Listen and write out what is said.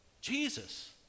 Jesus